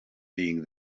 being